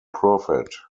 profit